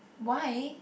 why